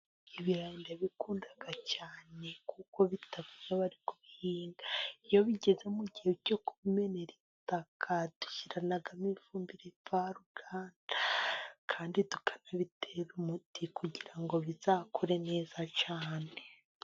Ibirayi ndabakunda cyane, kuko bita rushya kubihinga iyo bigeze mugihe cyo kubonera ibitaka dushiranamo ifumbire mva ruganda, kandi tukabiterana umuti kugirango bikurebeza cyane.